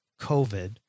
COVID